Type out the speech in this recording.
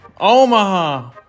Omaha